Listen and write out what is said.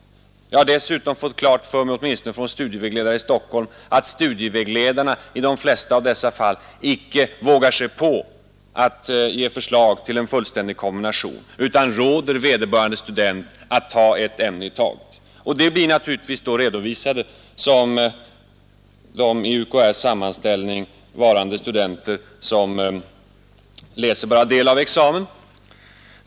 Jag har dessutom fått klart för mig åtminstone från studievägledare i Stockholm att studievägledarna i de flesta av dessa fall icke vågar sig på att ge förslag till en fullständig kombination utan råder vederbörande student att ta ett ämne i taget. De blir naturligtvis då redovisade i UKÄ:s sammanställning som studenter, vilka läser bara del av examen.